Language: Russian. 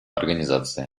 организации